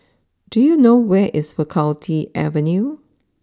do you know where is Faculty Avenue